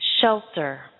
Shelter